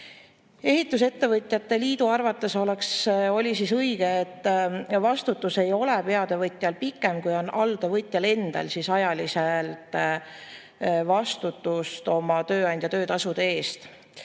Ehitusettevõtjate liidu arvates oleks õige, et vastutus ei ole peatöövõtjal pikem, kui on alltöövõtjal endal ajaliselt vastutus oma töötajate töötasude eest.